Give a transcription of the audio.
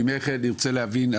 ממך נרצה להבין.